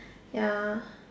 ya